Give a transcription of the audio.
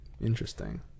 Interesting